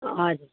हजुर